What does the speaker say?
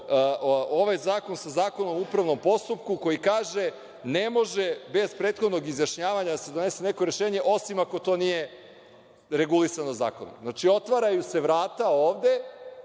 ovaj zakon sa Zakonom o upravnom postupku koji kaže - ne može bez prethodnog izjašnjavanja da se donese neko rešenje, osim ako to nije regulisano zakonom. Otvaraju se vrata ovde